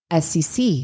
SEC